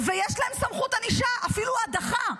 ויש להם סמכות ענישה, אפילו הדחה.